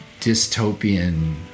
dystopian